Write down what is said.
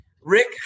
Rick